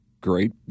great